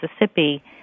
Mississippi